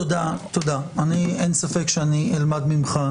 תודה, אין ספק שאני אלמד ממך